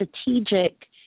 strategic